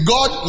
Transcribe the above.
God